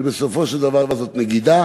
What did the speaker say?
שבסופו של דבר זו נגידה,